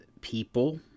people